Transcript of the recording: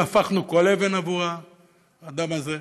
אם הפכנו כל אבן עבור האדם הזה.